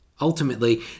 Ultimately